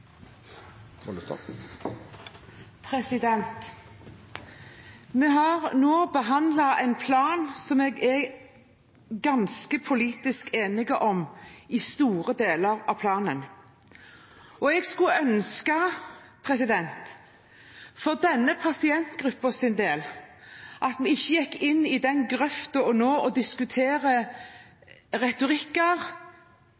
2017. Vi har nå behandlet en plan som vi i store deler er politisk enige om. Jeg skulle ønske for denne pasientgruppens del at vi nå ikke gikk i den grøfta å diskutere